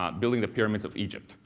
um building the pyramids of egypt,